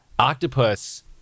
octopus